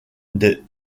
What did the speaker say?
des